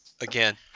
Again